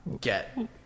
get